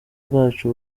bwacu